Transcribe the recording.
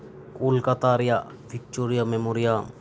ᱠᱳᱞᱠᱟᱛᱟ ᱨᱮᱭᱟᱜ Victoria memorial